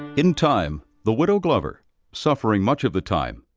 in time, the widow glover suffering much of the time,